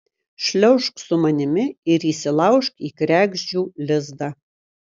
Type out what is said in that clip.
šliaužk su manimi ir įsilaužk į kregždžių lizdą